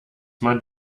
man